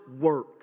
work